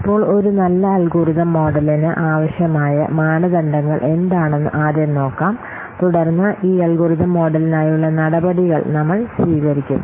ഇപ്പോൾ ഒരു നല്ല അൽഗോരിതം മോഡലിന് ആവശ്യമായ മാനദണ്ഡങ്ങൾ എന്താണെന്ന് ആദ്യം നോക്കാം തുടർന്ന് ഈ അൽഗോരിതം മോഡലിനായുള്ള നടപടികൾ നമ്മൾ സ്വീകരിക്കും